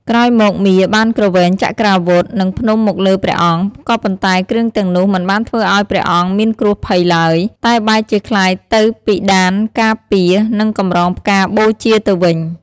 ក្រោយមកមារបានគ្រវែងចក្រាវុធ និងភ្នំមកលើព្រះអង្គ ក៏ប៉ុន្តែគ្រឿងទាំងនោះមិនបានធ្វើអោយព្រអង្គមានគ្រោះភ័យឡើយ តែបែរជាក្លាយទៅពិដានការពារ និងកម្រងផ្កាបូជាទៅវិញ។